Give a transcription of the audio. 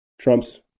trump's